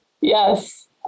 Yes